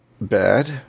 bad